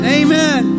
amen